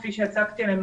כפי שאמרתי למריה,